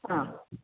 आम्